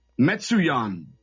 Metsuyan